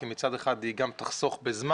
כי מצד אחד היא גם תחסוך בזמן,